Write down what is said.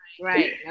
Right